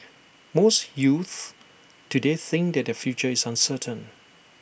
most youths today think that their future is uncertain